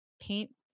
paint